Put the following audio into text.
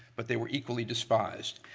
but they were equally despised.